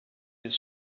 his